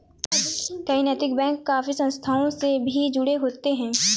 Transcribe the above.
कई नैतिक बैंक काफी संस्थाओं से भी जुड़े होते हैं